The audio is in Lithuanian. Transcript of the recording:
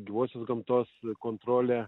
duosime gamtos kontrolę